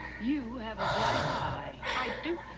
you have a black eye! i do?